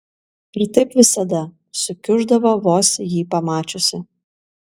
ir taip visada sukiuždavo vos jį pamačiusi